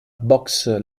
boxe